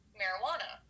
marijuana